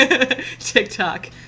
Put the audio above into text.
TikTok